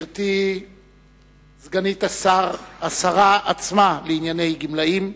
גברתי סגנית השר, השרה עצמה לענייני גמלאים,